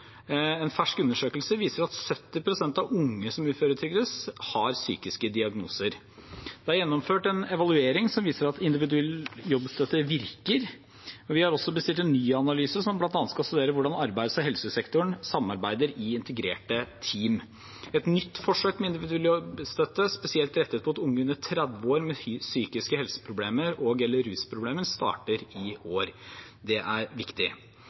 En fersk undersøkelse viser at 70 pst. av unge som uføretrygdes, har psykiske diagnoser. Det er gjennomført en evaluering som viser at individuell jobbstøtte virker, og vi har også bestilt en ny analyse som bl.a. skal studere hvordan arbeids- og helsesektoren samarbeider i integrerte team. Et nytt forsøk med individuell jobbstøtte spesielt rettet mot unge under 30 år med psykiske helseproblemer og/eller rusproblemer starter i år. Det er viktig.